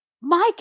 Mike